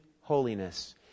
holiness